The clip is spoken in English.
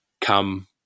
come